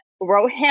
Rohan